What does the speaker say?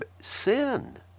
Sin